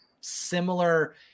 similar